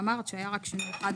אמרת שהיה שינוי אחד,